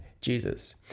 Jesus